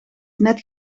net